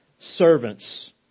servants